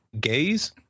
gays